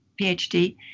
phd